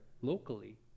locally